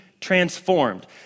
transformed